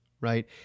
right